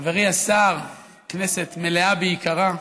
חברי השר, כנסת מלאה ויקרה,